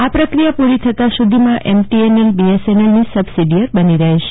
આ પ્રક્રિયા પૂરી થતા સુધીમાં એમટીએનએલ બીએસએનએલની સબસીડીયર બની રહેશે